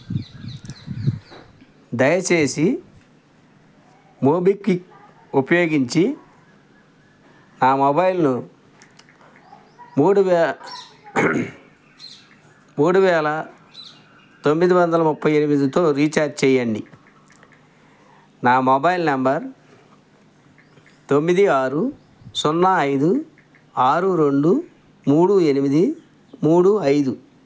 దయచేసి మోబిక్విక్ ఉపయోగించి ఆ మొబైల్ను మూడు వేల మూడు వేల తొమ్మిది వందల ముప్పై ఎనిమిదితో రీఛార్జ్ చెయ్యండి నా మొబైల్ నెంబర్ తొమ్మిది ఆరు సున్నా ఐదు ఆరు రెండు మూడు ఎనిమిది మూడు ఐదు